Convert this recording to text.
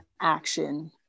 action